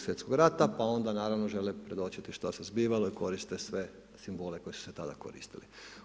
Svj. rata pa onda, naravno žele predočiti što se zbivalo i koriste sve simbole koji su se tada koristili.